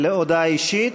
הודעה אישית.